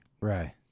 Right